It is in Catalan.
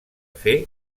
fer